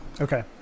okay